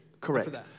Correct